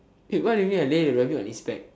wait what do you mean you lay a rabbit on its back